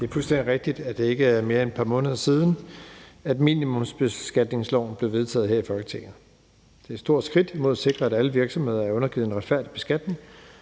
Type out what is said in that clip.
Det er fuldstændig rigtigt, at det ikke er mere end et par måneder siden, at minimumsbeskatningsloven blev vedtaget her i Folketinget. Det eret stort skridt imod at sikre, at alle virksomheder er undergivet en retfærdig beskatning,